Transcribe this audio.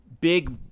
big